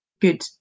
good